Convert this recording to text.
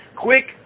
Quick